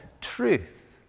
truth